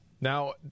now